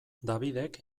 davidek